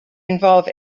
involve